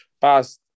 Past